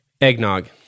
Eggnog